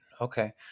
Okay